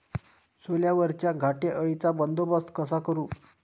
सोल्यावरच्या घाटे अळीचा बंदोबस्त कसा करू?